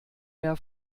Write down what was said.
mehr